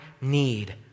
need